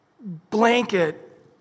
blanket